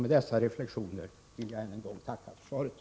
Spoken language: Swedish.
Med dessa reflexioner vill jag än en gång tacka för svaret.